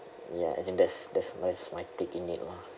ya as in that's that's that's my taking it lah